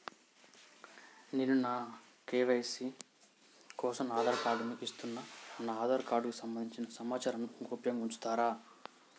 నేను నా కే.వై.సీ కోసం నా ఆధార్ కార్డు ను ఇస్తున్నా నా ఆధార్ కార్డుకు సంబంధించిన సమాచారంను గోప్యంగా ఉంచుతరా?